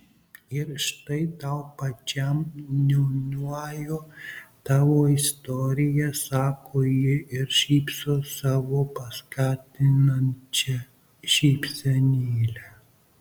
ir štai tau pačiam niūniuoju tavo istoriją sako ji ir šypsos savo paskatinančia šypsenėle